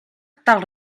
tal